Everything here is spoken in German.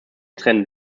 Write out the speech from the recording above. trennt